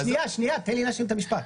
אני רוצה --- שנייה, תן לי להשלים את המשפט.